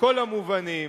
בכל המובנים,